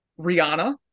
Rihanna